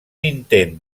intent